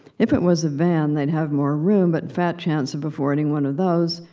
if it was a van, they'd have more room, but fat chance of affording one of those,